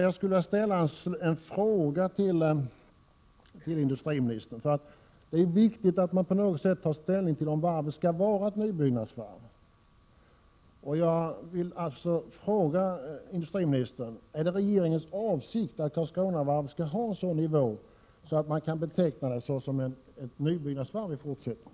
Jag skulle vilja ställa en fråga till industriministern, eftersom det är viktigt att regeringen tar ställning till om varvet skall vara ett nybyggnadsvarv. Är det regeringens avsikt att Karlskronavarvet skall ha en sådan nivå på sin verksamhet att varvet kan betecknas som ett nybyggnadsvarv i fortsättningen?